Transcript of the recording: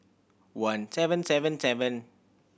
one seven seven seven